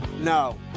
No